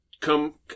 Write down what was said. come